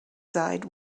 side